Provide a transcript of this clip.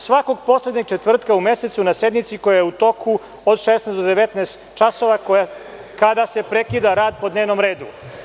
Svakog poslednjeg četvrtka u mesecu na sednici koja je u toku od 16 do 19 časova, kada se prekida rad po dnevnom redu.